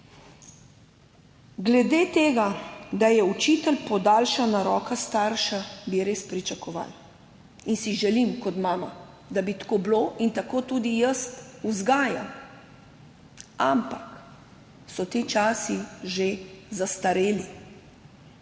Glede tega, da je učitelj podaljšana roka starša, to bi res pričakovali in si želim kot mama, da bi tako bilo. In tako tudi jaz vzgajam, ampak so ti časi že zastareli.